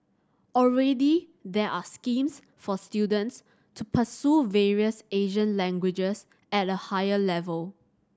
already there are schemes for students to pursue various Asian languages at a higher level